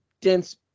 dense